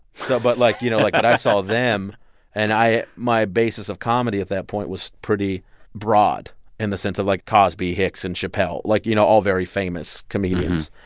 so. but, like, you know, like but i saw them and i my basis of comedy at that point was pretty broad in the sense of, like, cosby, hicks and chappelle like, you know, all very famous comedians.